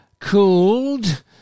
called